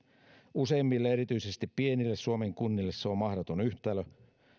useimmille erityisesti pienille suomen kunnille se on mahdoton yhtälö